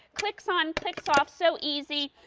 clicking on, clicking off. so easy.